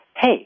hey